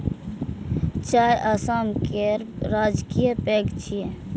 चाय असम केर राजकीय पेय छियै